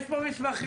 התחלנו.